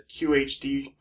QHD